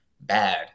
bad